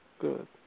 good